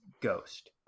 ghost